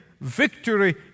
victory